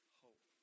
hope